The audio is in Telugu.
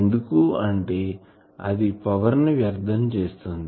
ఎందుకు అంటే అది పవర్ ని వ్యర్థం చేస్తుంది